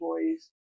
employees